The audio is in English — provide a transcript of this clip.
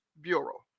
Bureau